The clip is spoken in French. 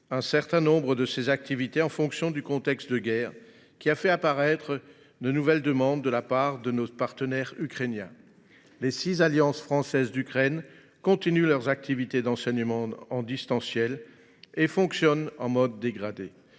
un certain nombre de ses activités en fonction du contexte de guerre, qui a fait apparaître de nouvelles demandes de la part de nos partenaires ukrainiens. Les six alliances françaises d’Ukraine continuent leurs activités d’enseignement en distanciel et fonctionnent en mode dégradé.